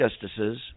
justices